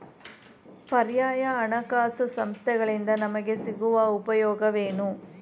ಪರ್ಯಾಯ ಹಣಕಾಸು ಸಂಸ್ಥೆಗಳಿಂದ ನಮಗೆ ಸಿಗುವ ಉಪಯೋಗವೇನು?